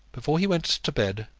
before he went to bed,